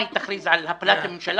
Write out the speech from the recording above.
היא תכריז על הפלת הממשלה?